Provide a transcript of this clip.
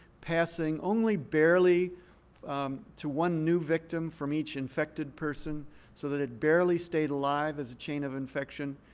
passing only barely to one new victim from each infected person so that it barely stayed alive as a chain of infection.